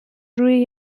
روی